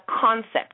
concept